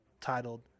titled